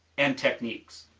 and techniques.